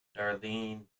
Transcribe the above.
Darlene